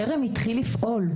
טרם התחיל לפעול.